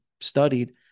studied